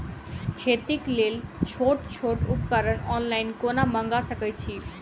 खेतीक लेल छोट छोट उपकरण ऑनलाइन कोना मंगा सकैत छी?